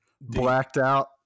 blacked-out